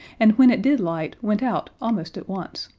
and when it did light went out almost at once,